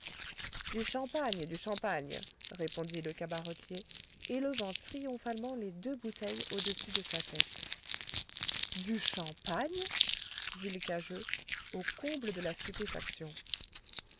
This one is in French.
du champagne du champagne répondit le cabaretier élevant triomphalement les deux bouteilles au-dessus de sa tête du champagne dit l'cageux au comble de la stupéfaction